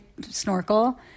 snorkel